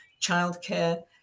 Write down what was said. childcare